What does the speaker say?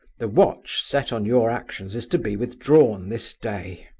the watch set on your actions is to be withdrawn this day.